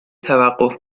توقف